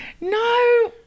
no